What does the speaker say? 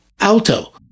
alto